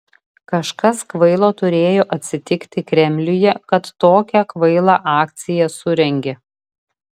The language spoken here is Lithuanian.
kažkas kvailo turėjo atsitiki kremliuje kad tokią kvailą akciją surengė